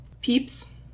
peeps